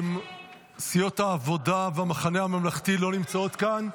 סיעות העבודה והמחנה הממלכתי לא נמצאות כאן.